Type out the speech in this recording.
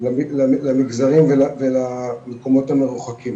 למגזרים ולמקומות המרוחקים,